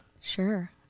Sure